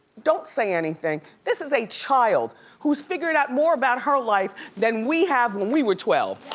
don't say anything. this is a child who's figuring out more about her life than we have when we were twelve,